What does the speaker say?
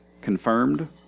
confirmed